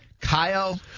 Kyle